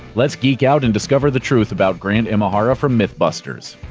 let's geek out and discover the truth about grant imahara from mythbusters.